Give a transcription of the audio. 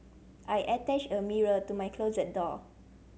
I attached a mirror to my closet door